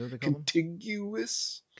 Contiguous